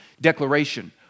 declaration